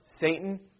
Satan